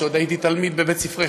כשעוד הייתי תלמיד בבית-ספרך,